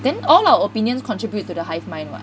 then all our opinions contribute to the hive mind what